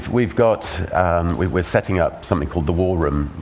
we've got we're setting up something called the war room,